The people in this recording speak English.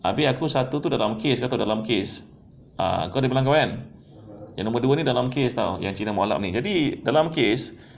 abeh aku satu dalam case kau tahu dalam case ah aku ada bilang kau kan yang nombor dua ni dalam case [tau] yang cina ni jadi dalam case